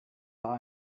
war